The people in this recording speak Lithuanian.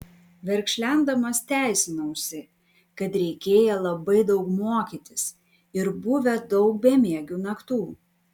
verkšlendamas teisinausi kad reikėję labai daug mokytis ir buvę daug bemiegių naktų